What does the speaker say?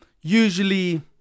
usually